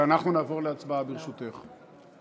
ואנחנו נעבור להצבעה, ברשותך.